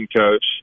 coach